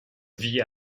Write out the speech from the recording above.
vie